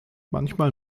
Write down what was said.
manchmal